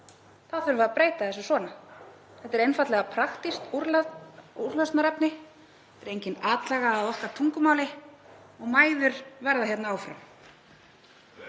þurfum við að breyta þessu svona. Þetta er einfaldlega praktískt úrlausnarefni. Þetta er engin atlaga að okkar tungumáli og mæður verða hérna áfram.